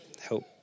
help